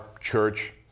church